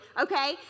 Okay